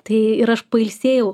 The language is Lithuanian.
tai ir aš pailsėjau